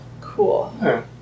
Cool